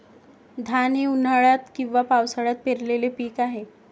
धान हे उन्हाळ्यात किंवा पावसाळ्यात पेरलेले पीक आहे